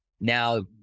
Now